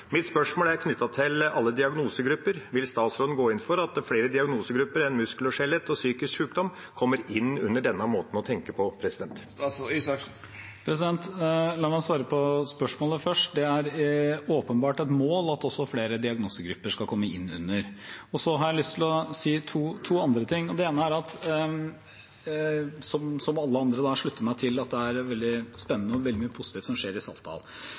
Mitt spørsmål er knyttet til alle diagnosegrupper: Vil statsråden gå inn for at flere diagnosegrupper enn muskel og skjelett og psykisk sykdom kommer inn under denne måten å tenke på? La meg svare på spørsmålet først. Det er åpenbart et mål at også flere diagnosegrupper skal komme inn under dette. Så har jeg lyst til å si to andre ting. Det ene er at jeg som alle andre slutter meg til at det er veldig spennende og veldig mye positivt som skjer i Saltdal.